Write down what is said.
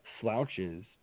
slouches